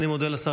אני מודה לשר.